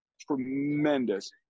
Tremendous